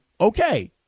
okay